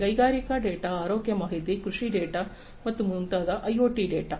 ಕೈಗಾರಿಕಾ ಡೇಟಾ ಆರೋಗ್ಯ ಮಾಹಿತಿ ಕೃಷಿ ಡೇಟಾ ಮತ್ತು ಮುಂತಾದ ಐಒಟಿ ಡೇಟಾ